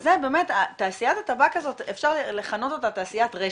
וזה באמת שתעשיית הטבק הזאת,